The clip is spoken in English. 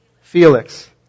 Felix